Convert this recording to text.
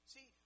See